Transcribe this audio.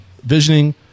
visioning